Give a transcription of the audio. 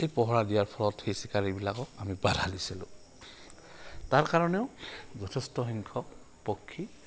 এই পহৰা দিয়াৰ ফলত সেই চিকাৰীবিলাকক আমি বাধ দিছিলোঁ তাৰ কাৰণেও যথেষ্ট সংখ্যক পক্ষী